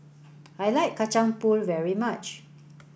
I like Kacang Pool very much